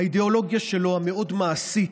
האידיאולוגיה שלו, המאוד-מעשית,